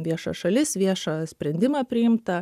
viešas šalis viešą sprendimą priimtą